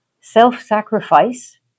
self-sacrifice